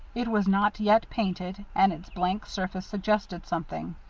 it was not yet painted, and its blank surface suggested something.